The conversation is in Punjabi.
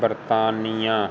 ਬਰਤਾਨੀਆ